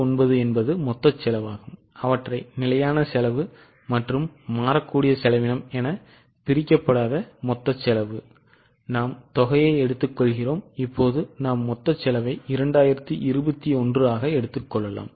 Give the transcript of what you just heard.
49 என்பது மொத்த செலவாகும் நிலையான செலவு மற்றும் மாறக்கூடிய செலவினம் என பிரிக்கப்படாத மொத்த செலவு நாம் தொகையை எடுத்துக்கொள்கிறோம் இப்போது நாம் மொத்த செலவை 2021 ஆக எடுத்துக் கொள்ளலாம்